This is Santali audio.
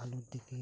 ᱟᱞᱩ ᱛᱷᱮᱠᱮ